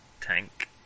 tank